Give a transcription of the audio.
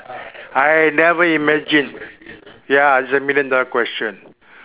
I never imagine ya is a million dollar question